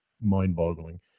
mind-boggling